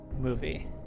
movie